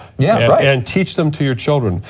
yeah and teach them to your children,